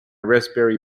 raspberry